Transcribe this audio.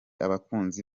abakunzi